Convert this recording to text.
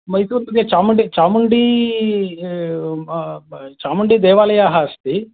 मैसूरुमध्ये चामुण्डी चामुण्डी चामुण्डीदेवालयः अस्ति